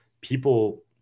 people